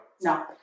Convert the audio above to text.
No